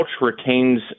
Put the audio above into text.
retains